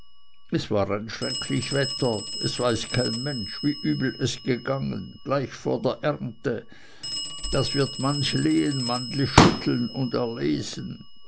es war ein schrecklich wetter es weiß kein mensch wie übel es gegangen gleich vor der ernte das wird manch lehnmannli schütteln und erlesen